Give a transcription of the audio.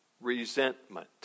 resentment